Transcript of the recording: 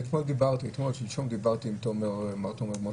אני אתמול או שלשום דיברתי עם מר תומר מוסקוביץ,